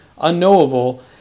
unknowable